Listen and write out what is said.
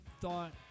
thought